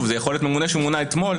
ושוב זה יכול להיות ממונה שמונה אתמול,